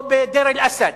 או בדיר-אל-אסד,